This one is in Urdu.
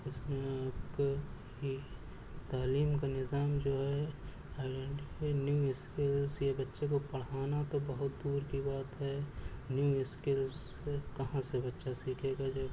اس میں آپ کا ہی تعلیم کا نظام جو ہے نیو اسکلس یہ بچے کو پڑھانا تو بہت دور کی بات ہے نیو اسکلس کہاں سے بچہ سیکھے گا جب